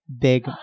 big